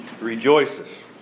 rejoices